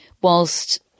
whilst